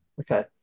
okay